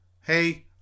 Hey